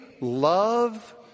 love